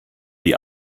die